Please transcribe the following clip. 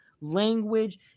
language